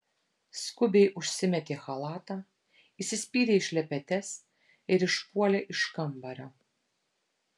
skubiai užsimetė chalatą įsispyrė į šlepetes ir išpuolė iš kambario